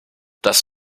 das